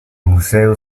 museo